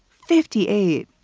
fifty eight.